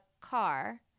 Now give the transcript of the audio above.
car